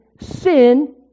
sin